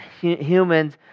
humans